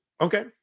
Okay